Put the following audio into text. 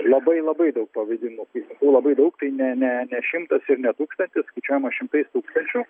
labai labai daug pavedimų tų labai daug tai ne ne ne šimtas ir ne tūkstantis skaičiuojama šimtais tūkstančių